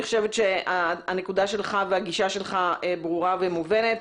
אני חושבת שהנקודה שלך והגישה שלך ברורה ומובנת.